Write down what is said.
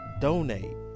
donate